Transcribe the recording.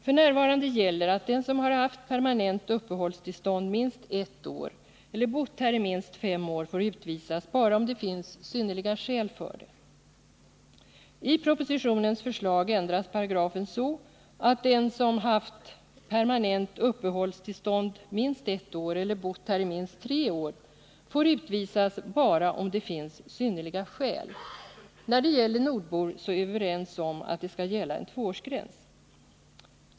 F.n. gäller att den som har haft permanent uppehållstillstånd minst ett år eller bott här i minst fem år får utvisas bara om det finns synnerliga skäl för det. I propositionens förslag ändras paragrafen så, att den som haft permanent uppehållstillstånd minst ett år eller bott här i minst tre år, får utvisas bara om det finns synnerliga skäl. Beträffande nordbor är vi överens om att det skall gälla en tvåårsgräns.